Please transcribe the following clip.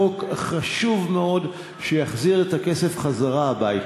זה חוק חשוב מאוד שיחזיר את הכסף הביתה.